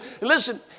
Listen